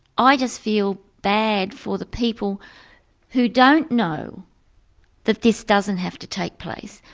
i just feel bad for the people who don't know that this doesn't have to take place,